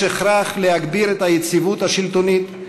יש הכרח להגביר את היציבות השלטונית,